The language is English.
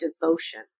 devotion